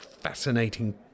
fascinating